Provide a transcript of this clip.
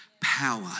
power